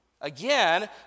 Again